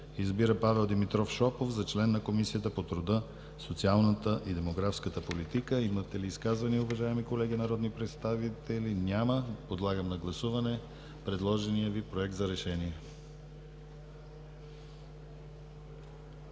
Избира Павел Димитров Шопов за член на Комисията по труда, социалната и демографската политика.“ Имате ли изказвания, уважаеми колеги народни представители? Няма. Подлагам на гласуване предложения Ви Проект за решение.